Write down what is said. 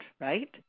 right